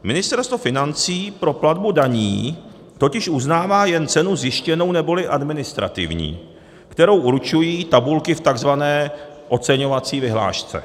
Ministerstvo financí pro platbu daní totiž uznává jen cenu zjištěnou neboli administrativní, kterou určují tabulky v tzv. oceňovací vyhlášce.